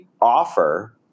offer